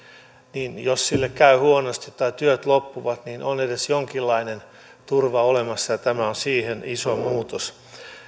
niin jos sille käy huonosti tai työt loppuvat niin on edes jonkinlainen turva olemassa ja tämä on siihen iso muutos